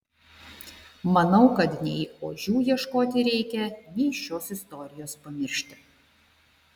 manau kad nei ožių ieškoti reikia nei šios istorijos pamiršti